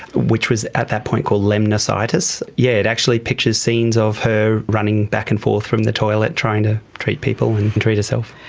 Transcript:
which was at that point called lemnositis. yes, yeah it actually pictures scenes of her running back and forth from the toilet, trying to treat people and treat herself.